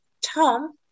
Tom